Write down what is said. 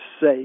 say